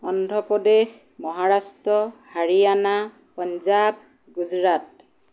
Andhra Pradesh Maharashtra Haryana Punjab Gujarat